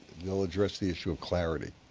they'll address the issue of clarity.